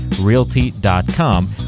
realty.com